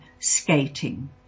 skating